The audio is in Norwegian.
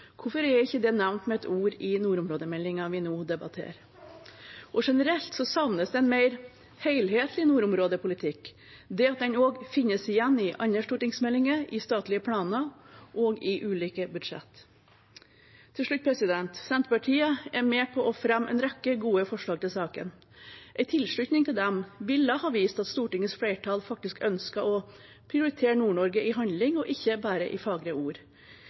Hvorfor er ikke det nevnt med ett ord i nordområdemeldingen vi nå debatterer? Og generelt savnes det en mer helhetlig nordområdepolitikk – det at den også finnes igjen i andre stortingsmeldinger, i statlige planer og i ulike budsjett. Til slutt: Senterpartiet er med på å fremme en rekke gode forslag til saken. En tilslutning til dem ville ha vist at Stortingets flertall faktisk ønsker å prioritere Nord-Norge i handling, og ikke bare i fagre ord.